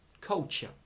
Culture